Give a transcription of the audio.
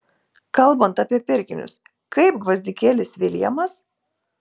kalbant apie pirkinius kaip gvazdikėlis viljamas